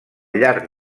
llarg